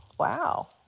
Wow